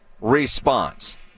response